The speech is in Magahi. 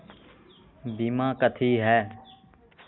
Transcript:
बीमा कथी है?